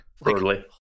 Brutally